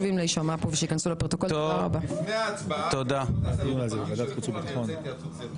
לפני הצבעה אני רוצה התייעצות סיעתית.